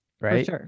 right